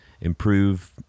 improve